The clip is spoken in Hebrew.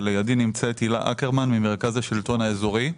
ולידי הילה אקרמן ממרכז השלטון האזורי.